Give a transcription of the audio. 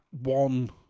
one